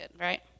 right